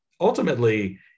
Ultimately